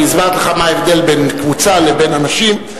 אני הסברתי לך מה ההבדל בין קבוצה לבין אנשים.